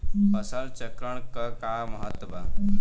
फसल चक्रण क का महत्त्व बा?